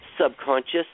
Subconscious